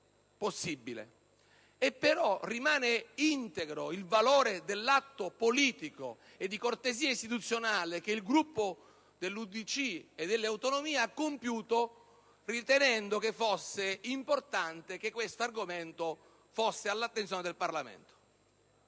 possibile e, però, rimane integro il valore dell'atto politico e di cortesia istituzionale che il Gruppo dell'UDC-SVP-Aut ha compiuto ritenendo che fosse importante che questo argomento fosse portato all'attenzione del Parlamento.